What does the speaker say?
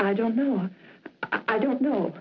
i don't know i don't know